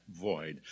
void